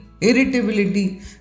irritability